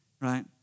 Right